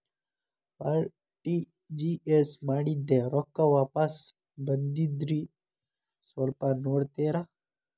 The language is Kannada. ಆರ್.ಟಿ.ಜಿ.ಎಸ್ ಮಾಡಿದ್ದೆ ರೊಕ್ಕ ವಾಪಸ್ ಬಂದದ್ರಿ ಸ್ವಲ್ಪ ನೋಡ್ತೇರ?